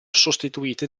sostituite